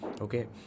okay